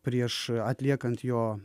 prieš atliekant jo